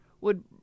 would-